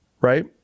right